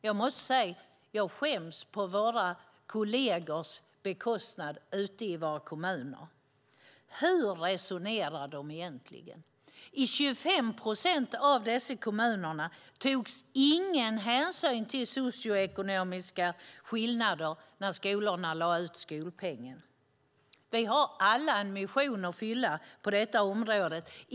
Jag måste säga att jag skäms på våra kollegers vägnar ute i kommunerna. Hur resonerar de egentligen? I 25 procent av dessa kommuner togs ingen hänsyn till socioekonomiska skillnader när skolorna lade ut skolpengen. Vi har alla en mission att fylla på detta område.